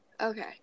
Okay